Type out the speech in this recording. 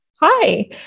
Hi